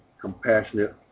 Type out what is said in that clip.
compassionate